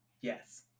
Yes